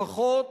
לפחות